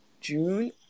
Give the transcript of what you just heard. June